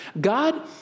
God